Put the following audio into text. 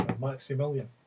Maximilian